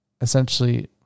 essentially